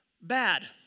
Bad